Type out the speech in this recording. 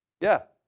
yeah?